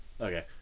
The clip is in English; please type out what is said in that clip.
Okay